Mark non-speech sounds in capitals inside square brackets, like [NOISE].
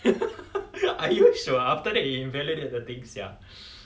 [LAUGHS] are you sure after that invalidate the thing sia